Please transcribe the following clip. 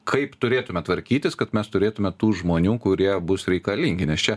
kaip turėtume tvarkytis kad mes turėtume tų žmonių kurie bus reikalingi nes čia